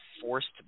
forced